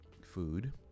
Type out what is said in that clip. food